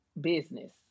business